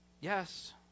Yes